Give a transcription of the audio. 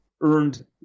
earned